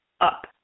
up